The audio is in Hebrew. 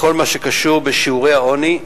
בכל מה שקשור בשיעורי העוני,